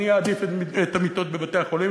אני אעדיף את המיטות בבתי-החולים,